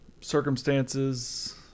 circumstances